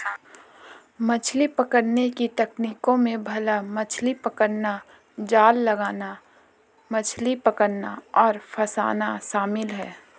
मछली पकड़ने की तकनीकों में भाला मछली पकड़ना, जाल लगाना, मछली पकड़ना और फँसाना शामिल है